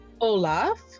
Olaf